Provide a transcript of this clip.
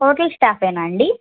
hotel స్టాఫేనా అండి